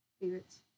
favorites